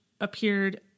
appeared